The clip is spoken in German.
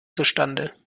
zustande